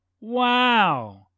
Wow